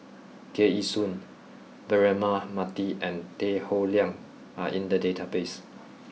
Tear Ee Soon Braema Mathi and Tan Howe Liang are in the database